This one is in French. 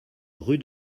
rue